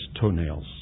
toenails